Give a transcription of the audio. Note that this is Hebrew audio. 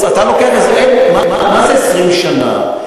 מה זה 20 שנה?